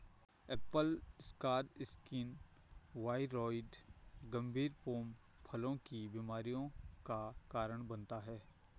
Apple scar skin viroid गंभीर pome फलों की बीमारियों का कारण बनता है